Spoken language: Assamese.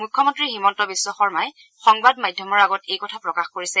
মুখ্যমন্তী হিমন্ত বিশ্ব শৰ্মাই সংবাদমাধ্যমৰ আগত এই কথা প্ৰকাশ কৰিছে